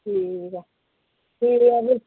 ठीक ऐ ठीक ऐ फिरी